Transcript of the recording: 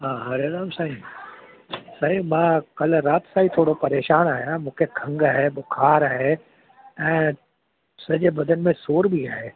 हा हरे राम साईं साईं मां कल्ह राति सां ई थोरो परेशानु आहियां मूंखे खंघि आहे बुख़र आहे ऐं सॼे बदनि में सूरु बि आहे